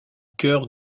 cœur